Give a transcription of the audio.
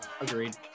agreed